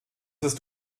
ist